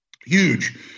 Huge